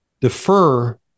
defer